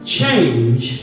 change